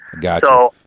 Gotcha